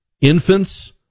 infants